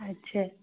अच्छा